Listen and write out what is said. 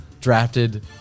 drafted